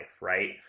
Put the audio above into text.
right